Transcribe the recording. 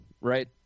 right